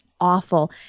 awful